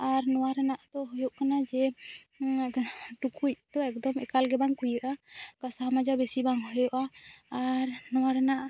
ᱟᱨ ᱱᱚᱶᱟ ᱨᱮᱱᱟᱜ ᱫᱚ ᱦᱩᱭᱩᱜ ᱠᱟᱱᱟ ᱡᱮ ᱴᱩᱠᱩᱡ ᱛᱚ ᱮᱠᱫᱚᱢ ᱮᱠᱟᱞ ᱜᱮ ᱵᱟᱝ ᱠᱩᱣᱟᱹᱜᱼᱟ ᱜᱷᱟᱥᱟᱣ ᱢᱟᱡᱟᱣ ᱵᱮᱥᱤ ᱵᱟᱝ ᱦᱩᱭᱩᱜᱼᱟ ᱟᱨ ᱱᱚᱶᱟ ᱨᱮᱱᱟᱜ